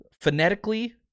phonetically